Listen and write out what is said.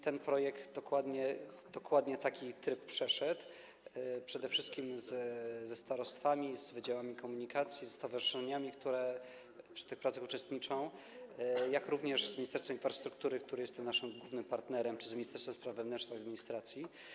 Ten projekt dokładnie taki tryb przeszedł, przede wszystkim ze starostwami, z wydziałami komunikacji, ze stowarzyszeniami, które w tych pracach uczestniczą, jak również z Ministerstwem Infrastruktury, które jest naszym głównym partnerem, czy z Ministerstwem Spraw Wewnętrznych i Administracji.